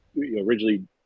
originally